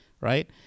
right